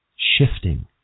Shifting